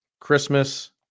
Christmas